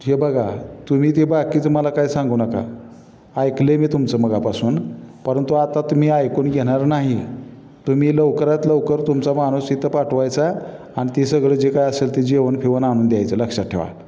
हे बघा तुम्ही ते बाकीचं मला काय सांगू नका ऐकलं आहे मी तुमचं मघापासून परंतु आता तर मी ऐकून घेणार नाही तुम्ही लवकरात लवकर तुमचा माणूस इथं पाठवायचा आणि ते सगळं जे काय असेल ती जेवण फिवन आणून द्यायचं लक्षात ठेवा